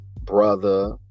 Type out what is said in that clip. brother